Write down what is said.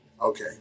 okay